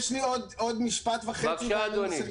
אדוני,